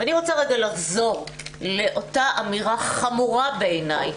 אני רוצה לחזור לאותה אמירה חמורה בעיני,